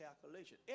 calculation